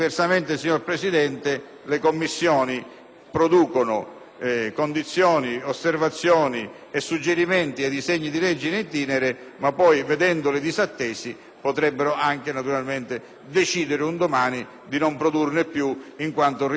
producono condizioni, osservazioni e suggerimenti ai disegni di legge *in itinere*, ma poi, vedendoli disattesi, potrebbero anche decidere un domani di non produrre più in quanto ritenuti assolutamente ultronei. *(Applausi del